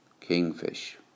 Kingfish